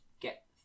get